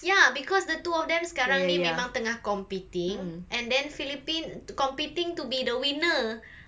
ya because the two of them sekarang ni memang tengah competing and then philippines competing to be the winner